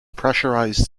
pressurized